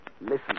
Listen